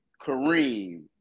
Kareem